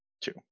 Two